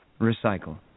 Recycle